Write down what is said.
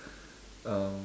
um